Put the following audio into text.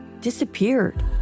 disappeared